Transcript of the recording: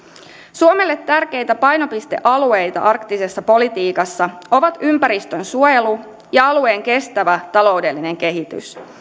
suomelle tärkeitä painopistealueita arktisessa politiikassa ovat ympäristönsuojelu ja alueen kestävä taloudellinen kehitys